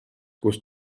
kus